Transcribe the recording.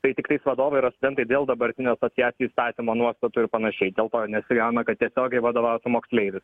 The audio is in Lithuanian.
tai tiktais vadovai yra studentai dėl dabartinio asociacijų įstatymo nuostatų ir panašiai dėl to negauna kad tiesiogiai vadovautų moksleivis